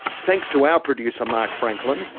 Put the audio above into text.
thanks to our producer mark franklin,